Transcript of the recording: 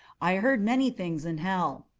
i heard many things in hell.